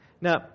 Now